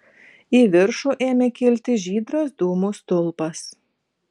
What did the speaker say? į viršų ėmė kilti žydras dūmų stulpas